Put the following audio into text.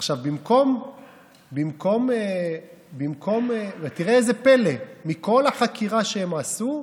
עכשיו, במקום, תראה זה פלא, מכל החקירה שהם עשו,